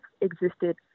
existed